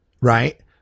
right